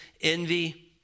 envy